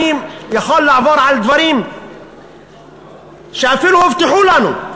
אני יכול לעבור על דברים שאפילו הובטחו לנו.